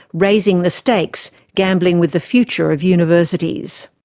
raising the stakes gambling with the future of universities.